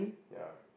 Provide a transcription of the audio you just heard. ya